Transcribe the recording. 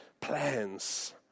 plans